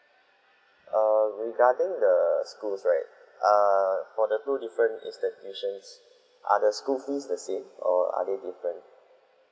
err regarding the schools right err for the two different institutions are the school's fees the same or are they different